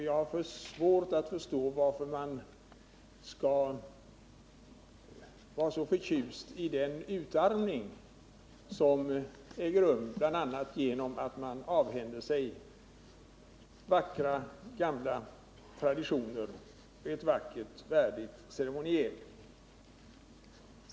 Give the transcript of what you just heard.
Jag har svårt att förstå varför man skall vara så förtjust i den utarmning som äger rum bl.a. genom att man avhänder sig vackra gamla traditioner, ett vackert, värdigt ceremoniel.